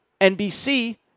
NBC